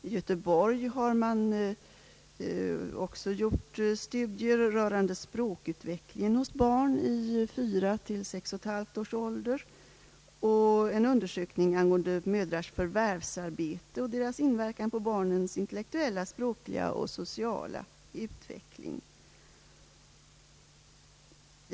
I Göteborg har man studerat språkutvecklingen hos barn i åldern fyra till sex och ett halvt år och gjort en undersökning angående mödrars förvärvsarbete och inverkan härav på barnens intellektuella, språkliga och sociala utveckling.